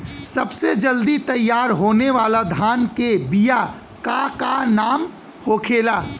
सबसे जल्दी तैयार होने वाला धान के बिया का का नाम होखेला?